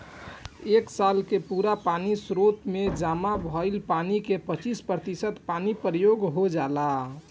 एक साल के पूरा पानी के स्रोत में से जामा भईल पानी के पच्चीस प्रतिशत पानी प्रयोग हो जाला